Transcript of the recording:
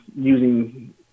using